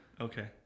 Okay